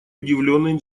удивленный